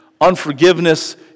unforgiveness